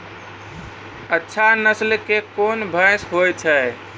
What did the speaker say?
अच्छा नस्ल के कोन भैंस होय छै?